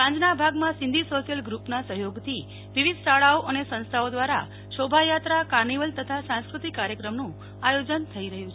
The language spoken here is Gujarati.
સાંજના ભાગમાં સિંધી સોશ્યલ ગ્રુપનાં સફયોગથી વિવિધ શાળાઓ અને સંસ્થાઓ દ્વારા શોભાયાત્રા કાર્નિવલ તથા સાંસ્કૃતિક કાર્યક્રમનું આયોજન થઇ રહ્યું છે